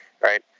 right